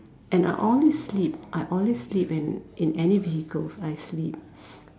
and I always sleep I always sleep in in any vehicles I sleep